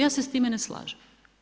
Ja se s time ne slažem.